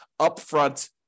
upfront